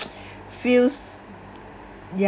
feels ya